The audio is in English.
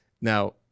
Now